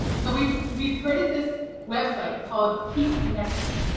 so we've we've created this website called keep connected.